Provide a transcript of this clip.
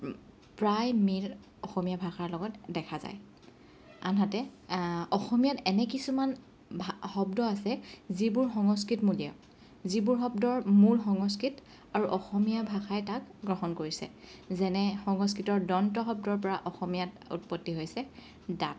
প্ৰায় মিল অসমীয়া ভাষাৰ লগত দেখা যায় আনহাতে অসমীয়াত এনে কিছুমান শব্দ আছে যিবোৰ সংস্কৃতমূলীয় যিবোৰ শব্দৰ মূল সংস্কৃত আৰু অসমীয়া ভাষাই তাক গ্ৰহণ কৰিছে যেনে সংস্কৃতৰ দন্ত্য শব্দৰ পৰা অসমীয়াত উৎপত্তি হৈছে দাঁত